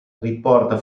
riporta